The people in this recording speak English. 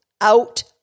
out